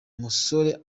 musore